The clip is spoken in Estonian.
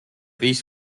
viis